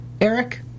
Eric